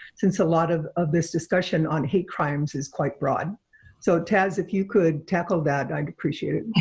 since a lot of of this discussion on hate crimes is quite broad so, taz, if you could tackle that i'd appreciate it.